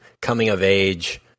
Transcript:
coming-of-age